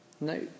No